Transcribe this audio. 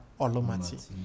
olomati